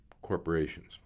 corporations